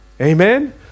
Amen